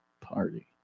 party